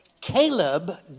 Caleb